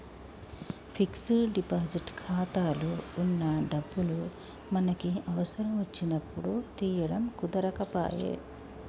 fixed deposit ఖాతాలో వున్న డబ్బులు మనకి అవసరం వచ్చినప్పుడు తీయడం కుదరకపాయె